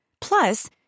Plus